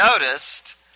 noticed